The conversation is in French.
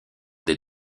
des